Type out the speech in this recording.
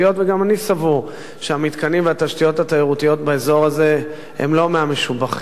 וגם אני סבור שהמתקנים והתשתיות התיירותיים באזור הזה הם לא מהמשובחים.